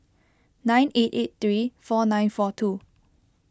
nine eight eight three four nine four two